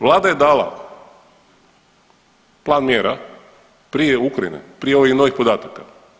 Vlada je dala plan mjera prije Ukrajine, prije ovih novih podataka.